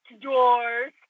doors